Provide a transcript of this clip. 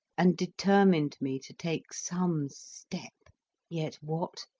and determined me to take some step yet what,